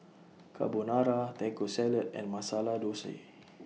Carbonara Taco Salad and Masala Dosa